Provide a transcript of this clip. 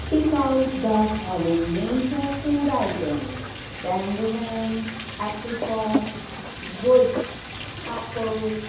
speak out the following names of food items tangerine apricot wood apple